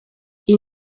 iyi